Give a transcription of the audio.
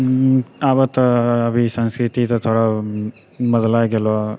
आबऽ तऽ अभी संस्कृति तऽ थोड़ा बदलि गेलऽ हँ